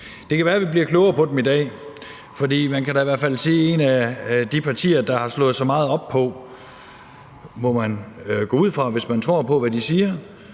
Det kan være, at vi bliver klogere på dem i dag, for man kan i hvert fald sige, at et parti, der har slået sig meget op på, at der skal være en ansvarlig